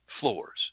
Floors